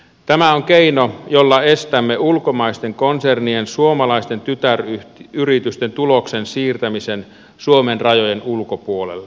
tämä on keino jolla estämme ulkomaisten konsernien suomalaisten tytäryritysten tuloksen siirtämisen suomen rajojen ulkopuolelle